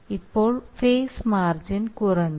ഇപ്പോൾ phase margin കുറഞ്ഞു